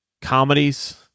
comedies